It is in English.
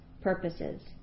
purposes